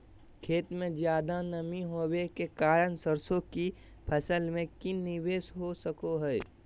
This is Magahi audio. खेत में ज्यादा नमी होबे के कारण सरसों की फसल में की निवेस हो सको हय?